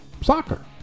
Soccer